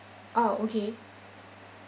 ah okay